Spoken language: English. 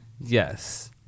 yes